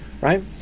right